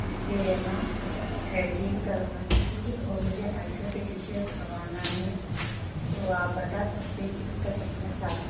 मुझे है ना थरेडिंग करवानी थी और मुझे हाइड्रो फेशियल करवाना है तो आप बता सकते हैं कि उसका कितना चार